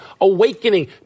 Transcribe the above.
awakening